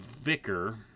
vicar